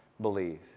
believe